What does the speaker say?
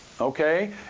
okay